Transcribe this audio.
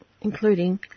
including